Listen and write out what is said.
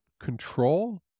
control